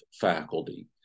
faculty